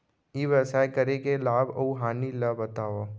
ई व्यवसाय करे के लाभ अऊ हानि ला बतावव?